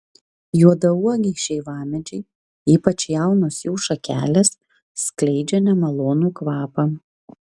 juodauogiai šeivamedžiai ypač jaunos jų šakelės skleidžia nemalonų kvapą